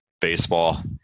baseball